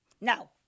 No